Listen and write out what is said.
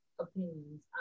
opinions